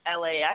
LAX